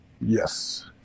Yes